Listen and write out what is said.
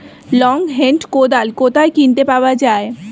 Long hand কোদাল কোথায় কিনতে পাওয়া যায়?